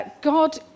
God